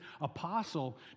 apostle